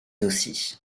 aussi